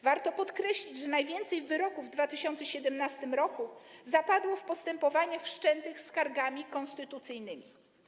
Warto podkreślić, że najwięcej wyroków w 2017 r. zapadło w postępowaniach wszczętych skargami konstytucyjnymi.